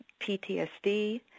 PTSD